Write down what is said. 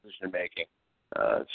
decision-making